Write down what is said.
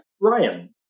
Ryan